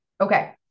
Okay